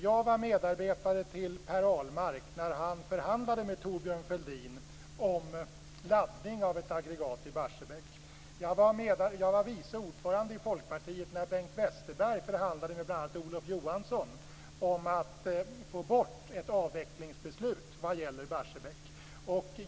Jag var medarbetare till Per Ahlmark när han förhandlade med Thorbjörn Fälldin om laddning av ett aggregat i Barsebäck. Jag var vice ordförande i Folkpartiet när Bengt Westerberg förhandlade med bl.a. Olof Johansson om att få bort ett avvecklingsbeslut vad gäller Barsebäck.